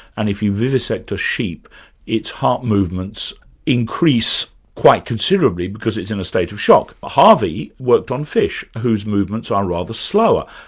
and if you vivisect a sheep it's heart movement increase quite considerably because it's in a state of shock. harvey worked on fish, whose movements are rather slower,